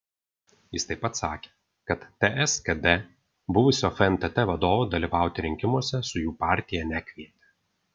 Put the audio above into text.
jis taip pat sakė kad ts kd buvusio fntt vadovo dalyvauti rinkimuose su jų partija nekvietė